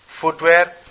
footwear